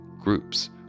Groups